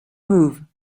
move